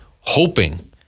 hoping